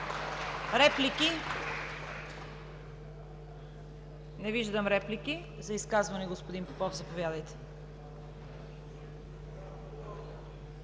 Реплики? Не виждам реплики. За изказване – господин Тошев, заповядайте.